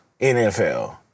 NFL